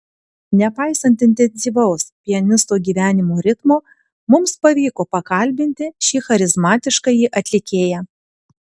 nepaisant intensyvaus pianisto gyvenimo ritmo mums pavyko pakalbinti šį charizmatiškąjį atlikėją